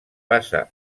passa